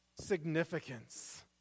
significance